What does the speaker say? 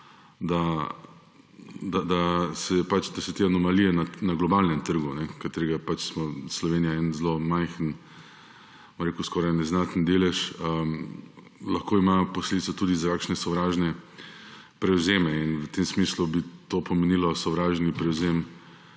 –, da te anomalije na globalnem trgu, na katerem ima Slovenija zelo majhen, skoraj neznaten delež, lahko imajo posledice tudi za kakšne sovražne prevzeme. In v tem smislu bi to pomenilo sovražni prevzem